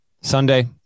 Sunday